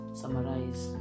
summarize